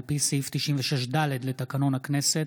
על פי סעיף 96(ד) לתקנון הכנסת,